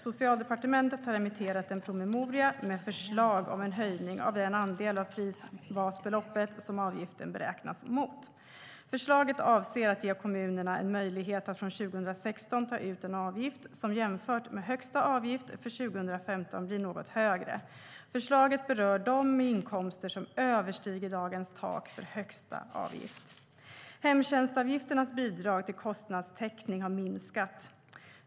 Socialdepartementet har remitterat en promemoria med förslag om en höjning av den andel av prisbasbeloppet som avgiften beräknas mot. Förslaget avser att ge kommunerna en möjlighet att från 2016 ta ut en avgift som jämfört med högsta avgift för 2015 blir något högre. Förslaget berör dem med inkomster som överstiger dagens tak för högsta avgift. Hemtjänstavgifternas bidrag till kostnadstäckning har minskat.